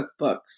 cookbooks